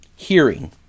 hearing